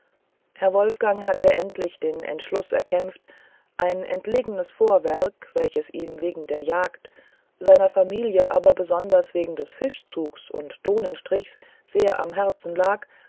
herr wolfgang hatte endlich den entschluß erkämpft ein entlegenes vorwerk welches ihm wegen der jagd seiner familie aber besonders wegen des fischzugs und dohnenstrichs sehr am herzen lag